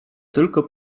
tylko